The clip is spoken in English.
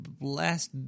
Last